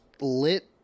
lit